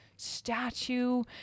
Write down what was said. statue